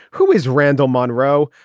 who is randall monroe.